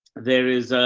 there is a,